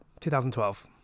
2012